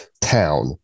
town